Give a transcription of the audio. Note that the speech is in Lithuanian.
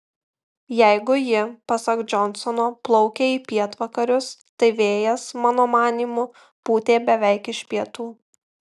jeigu ji pasak džonsono plaukė į pietvakarius tai vėjas mano manymu pūtė beveik iš pietų